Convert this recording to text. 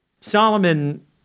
Solomon